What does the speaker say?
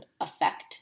affect